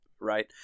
Right